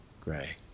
Gray